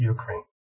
Ukraine